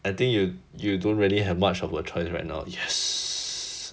I think you you don't really have much of a choice right now yes